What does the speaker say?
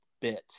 bit